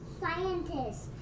scientist